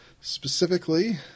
specifically